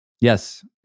Yes